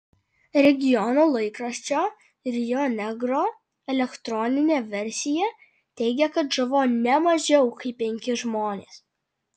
regiono laikraščio rio negro elektroninė versija teigia kad žuvo ne mažiau kaip penki žmonės